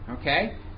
Okay